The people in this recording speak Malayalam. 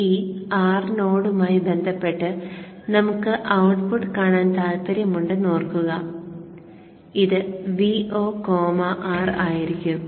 ഈ R നോഡുമായി ബന്ധപ്പെട്ട് നമുക്ക് ഔട്ട്പുട്ട് കാണാൻ താൽപ്പര്യമുണ്ടെന്ന് ഓർക്കുക ഇത് Vo കോമ R ആയിരിക്കും